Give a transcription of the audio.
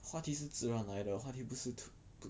话题是自然来的话题不是